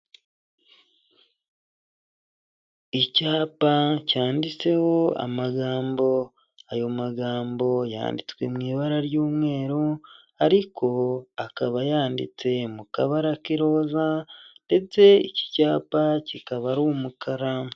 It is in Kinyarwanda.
Icyapa cyanditseho amagambo, ayo magambo yanditswe mu ibara ry'umweru ariko akaba yanditse mu kabara k'iroza ndetse iki cyapa kikaba ari umukara.